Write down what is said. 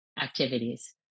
activities